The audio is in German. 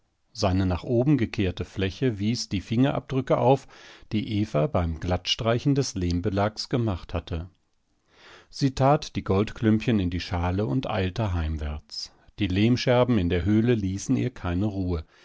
seine nach oben gekehrte fläche wies die fingerabdrücke auf die eva beim glattstreichen des lehmbelags gemacht hatte sie tat die goldklümpchen in die schale und eilte heimwärts die lehmscherben in der höhle ließen ihr keine ruhe